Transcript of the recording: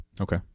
okay